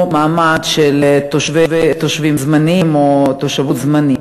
מעמד של תושבים זמניים או תושבות זמנית.